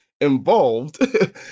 involved